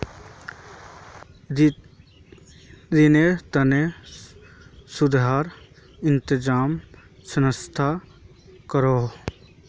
रिनेर तने सुदेर इंतज़ाम संस्थाए करोह